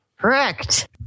correct